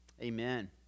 amen